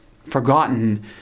Forgotten